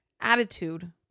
attitude